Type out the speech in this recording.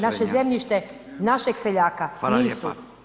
naše zemljište, našeg seljaka [[Upadica Radin: Hvala lijepa.]] Nisu.